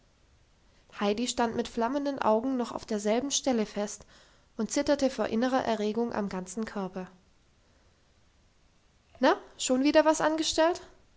heidi stand mit flammenden augen noch auf derselben stelle fest und zitterte vor innerer erregung am ganzen körper na schon wieder was angestellt